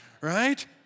right